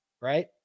right